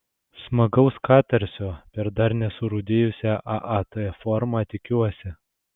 smagaus katarsio per dar nesurūdijusią aat formą tikiuosi